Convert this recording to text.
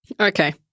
Okay